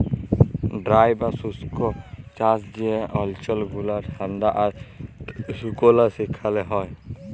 dry বা শুস্ক চাষ যে অল্চল গুলা ঠাল্ডা আর সুকলা সেখালে হ্যয়